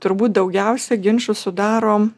turbūt daugiausia ginčų sudaro